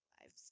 lives